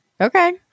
okay